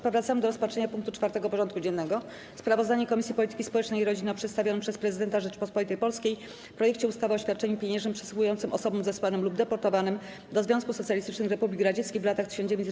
Powracamy do rozpatrzenia punktu 4. porządku dziennego: Sprawozdanie Komisji Polityki Społecznej i Rodziny o przedstawionym przez Prezydenta Rzeczypospolitej Polskiej projekcie ustawy o świadczeniu pieniężnym przysługującym osobom zesłanym lub deportowanym do Związku Socjalistycznych Republik Radzieckich w latach 1939–1956.